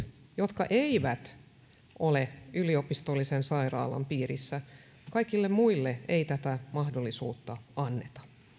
jotka eivät ole yliopistollisen sairaalan piirissä ei tätä mahdollisuutta anneta